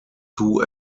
two